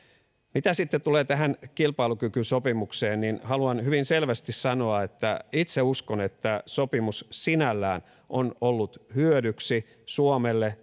mitä tulee tähän kilpailukykysopimukseen haluan hyvin selvästi sanoa että itse uskon että sopimus sinällään on ollut hyödyksi suomelle